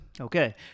okay